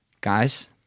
guys